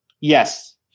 Yes